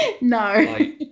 no